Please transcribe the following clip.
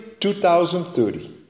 2030